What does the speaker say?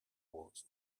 roses